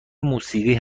موسیقی